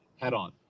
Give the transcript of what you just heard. head-on